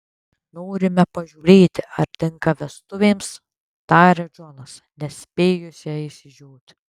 norime pažiūrėti ar tinka vestuvėms taria džonas nespėjus jai išsižioti